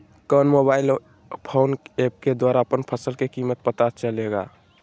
कौन mobile phone app के द्वारा अपन फसल के कीमत पता चलेगा?